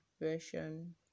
version